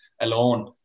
alone